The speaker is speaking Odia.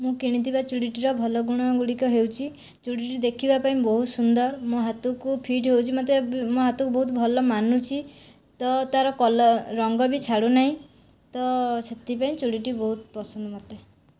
ମୁଁ କିଣିଥିବା ଚୁଡ଼ିଟିର ଭଲଗୁଣ ଗୁଡିକ ହେଉଛି ଚୁଡ଼ିଟି ଦେଖିବାପାଇଁ ବହୁତ ସୁନ୍ଦର ମୋ ହାତକୁ ଫିଟ୍ ହେଉଛି ମୋତେ ମୋ ହାତକୁ ବହୁତ ଭଲ ମାନୁଛି ତ ତାର କଲର୍ ରଙ୍ଗ ବି ଛାଡ଼ୁନାହିଁ ତ ସେଇଥିପାଇଁ ଚୁଡ଼ିଟି ବହୁତ ପସନ୍ଦ ମୋତେ